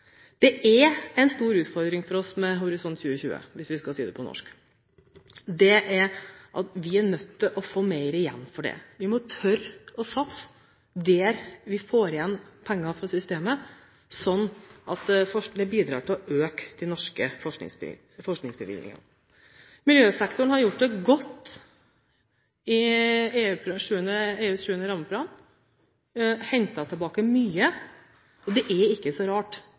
Det er en stor utfordring for oss med Horisont 2020, hvis vi skal si det på norsk, og det er at vi er nødt til å få mer igjen for det. Vi må tørre å satse der vi får igjen penger fra systemet, sånn at det bidrar til å øke de norske forskningsbevilgningene. Miljøsektoren har gjort det godt i EUs 7. rammeprogram, og hentet tilbake mye. Det er ikke så rart.